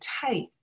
tight